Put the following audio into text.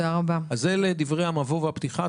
אז אלה הם דברי המבוא והפתיחה,